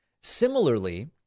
Similarly